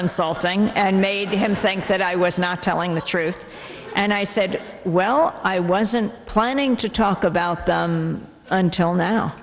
insulting and made him think that i was not telling the truth and i said well i wasn't planning to talk about until now